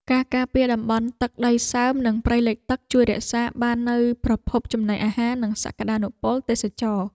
ការការពារតំបន់ទឹកដីសើមនិងព្រៃលិចទឹក ជួយរក្សាបាននូវប្រភពចំណីអាហារនិងសក្តានុពលទេសចរណ៍។